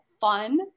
fun